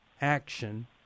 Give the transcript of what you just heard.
Action